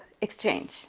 exchange